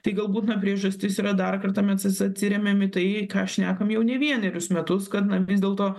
tai galbūt na priežastis yra dar kartą mes atsiremiam į tai ką šnekam jau ne vienerius metus kad na vis dėlto